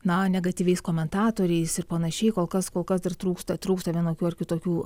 na negatyviais komentatoriais ir panašiai kol kas kol kas dar trūksta trūksta vienokių ar kitokių